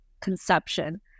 conception